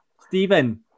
Stephen